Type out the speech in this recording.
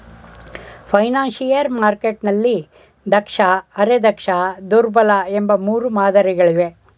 financial ಮಾರ್ಕೆಟ್ನಲ್ಲಿ ದಕ್ಷ, ಅರೆ ದಕ್ಷ, ದುರ್ಬಲ ಎಂಬ ಮೂರು ಮಾದರಿ ಗಳಿವೆ